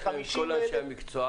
יש להם את כל אנשי המקצוע.